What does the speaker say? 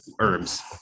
herbs